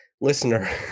Listener